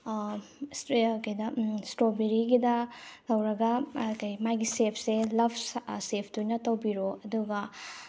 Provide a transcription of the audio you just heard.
ꯀꯩꯗ ꯏꯁꯇ꯭ꯔꯣꯕꯦꯔꯤꯒꯤꯗ ꯍꯧꯔꯒ ꯀꯩ ꯃꯥꯒꯤ ꯁꯦꯞꯁꯦ ꯂꯞ ꯁꯦꯞꯇꯨꯅ ꯇꯧꯕꯤꯔꯛꯑꯣ ꯑꯗꯨꯒ